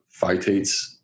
phytates